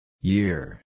Year